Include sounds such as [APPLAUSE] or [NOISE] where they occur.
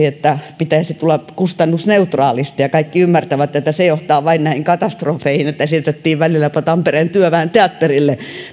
[UNINTELLIGIBLE] että pitäisi tulla kustannusneutraalisti ja kaikki ymmärtävät että se johtaa vain näihin katastrofeihin että esitettiin välillä jopa tampereen työväen teatterille